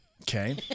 Okay